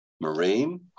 marine